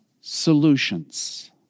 solutions